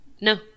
No